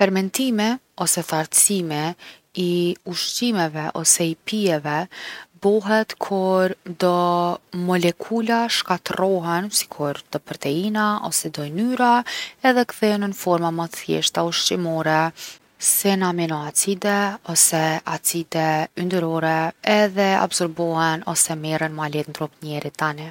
Fermentimi ose thartsimi i ushqimeve ose i pijeve bohet kur do molekula shkatrrohen sikur do proteina ose do ynyra edhe kthehen n’forma ma t’thjeshta ushqimore si n’aminoacide ose acide yndyrore edhe absorbohen edhe merren ma leht n’trup t’njerit tani.